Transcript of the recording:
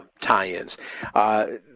tie-ins